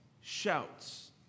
shouts